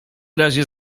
razie